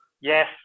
Yes